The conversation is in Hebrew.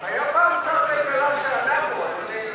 היה פעם שר כלכלה שענה פה.